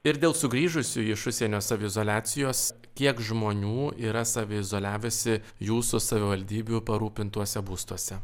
ir dėl sugrįžusių iš užsienio saviizoliacijos kiek žmonių yra saviizoliavęsi jūsų savivaldybių parūpintuose būstuose